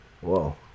whoa